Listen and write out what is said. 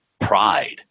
pride